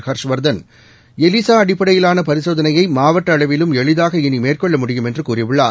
Harshvardhan ELISA அடிப்படையிலான பரிசோதனையை மாவட்ட அளவிலும் எளிதாக இளி மேற்கொள்ள முடியும் என்று கூறியுள்ளார்